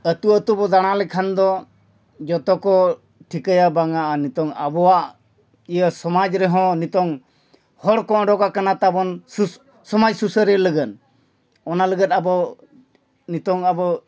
ᱟᱛᱳ ᱟᱛᱳ ᱵᱚ ᱫᱟᱬᱟ ᱞᱮᱠᱷᱟᱱ ᱫᱚ ᱡᱚᱛᱚ ᱠᱚ ᱴᱷᱤᱠᱟᱹᱭᱟ ᱵᱟᱝᱟ ᱟᱨ ᱱᱤᱛᱚᱝ ᱟᱵᱚᱣᱟᱜ ᱤᱭᱟᱹ ᱥᱚᱢᱟᱡᱽ ᱨᱮᱦᱚᱸ ᱱᱤᱛᱚᱝ ᱦᱚᱲ ᱠᱚ ᱚᱰᱚᱠ ᱟᱠᱟᱱᱟ ᱛᱟᱵᱚᱱ ᱥᱩᱥ ᱥᱚᱢᱟᱡᱽ ᱥᱩᱥᱟᱹᱨᱤᱭᱟᱹ ᱞᱟᱹᱜᱤᱫ ᱚᱱᱟ ᱞᱟᱹᱜᱤᱫ ᱟᱵᱚ ᱱᱤᱛᱚᱝ ᱟᱵᱚ